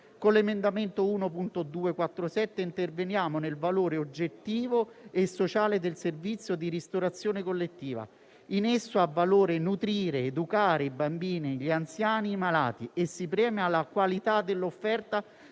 Con l'emendamento 1.247 (testo 2) interveniamo nel valore oggettivo e sociale del servizio di ristorazione collettiva. In esso ha valore nutrire ed educare bambini, anziani e malati e si premia la qualità dell'offerta